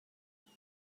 amah